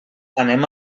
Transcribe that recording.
anem